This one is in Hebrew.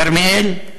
כרמיאל,